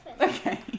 Okay